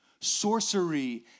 sorcery